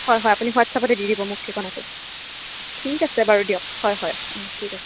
হয় হয় আপুনি হোৱাটচাপতে দি দিব মোক ঠিকনাটো ঠিক আছে বাৰু দিয়ক হয় হয় ঠিক আছে